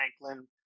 Franklin